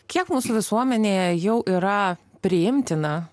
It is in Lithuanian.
kiek mūsų visuomenėje jau yra priimtina